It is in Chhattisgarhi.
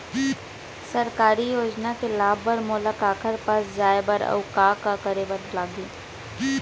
सरकारी योजना के लाभ बर मोला काखर पास जाए बर अऊ का का करे बर लागही?